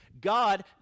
God